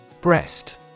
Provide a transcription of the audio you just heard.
Breast